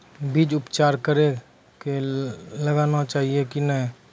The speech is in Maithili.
बीज उपचार कड़ी कऽ लगाना चाहिए कि नैय?